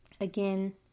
again